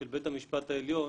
של בית המשפט העליון